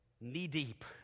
knee-deep